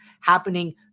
happening